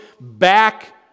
back